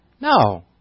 No